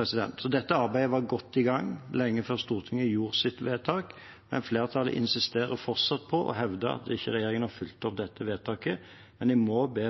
Dette arbeidet var altså godt i gang lenge før Stortinget gjorde sitt vedtak, men flertallet insisterer fortsatt på og hevder at regjeringen ikke har fulgt opp dette vedtaket. Jeg må be